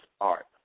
art